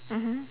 mmhmm